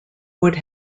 would